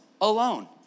alone